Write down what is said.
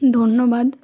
ধন্যবাদ